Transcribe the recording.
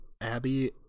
Abby